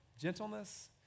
gentleness